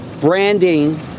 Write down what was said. branding